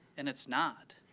and it's not.